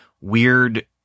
weird